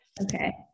Okay